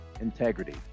integrity